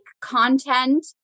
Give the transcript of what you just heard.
content